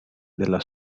della